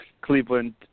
Cleveland